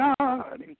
God